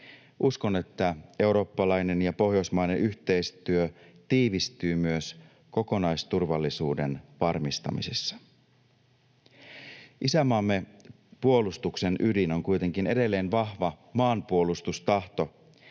Uskon, että eurooppalainen ja pohjoismainen yhteistyö tiivistyy myös kokonaisturvallisuuden varmistamisessa. Isänmaamme puolustuksen ydin on kuitenkin edelleen vahva maanpuolustustahto,